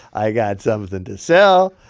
i got something to sell,